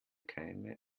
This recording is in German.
keime